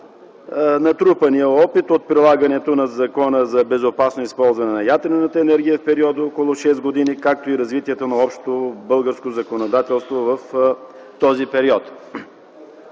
натрупания опит от прилагането на Закона за безопасно използване на ядрената енергия в периода около шест години, както и развитието на общото българско законодателство в този период.